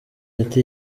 ati